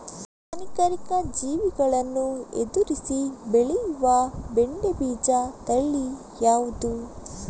ಹಾನಿಕಾರಕ ಜೀವಿಗಳನ್ನು ಎದುರಿಸಿ ಬೆಳೆಯುವ ಬೆಂಡೆ ಬೀಜ ತಳಿ ಯಾವ್ದು?